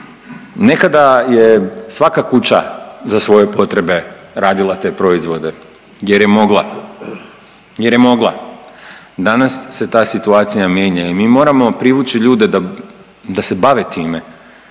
nekada je svaka kuća za svoje potrebe radila te proizvode jer je mogla, jer je mogla, danas se ta situacija mijenja i mi moramo privući ljude da, da se bave time,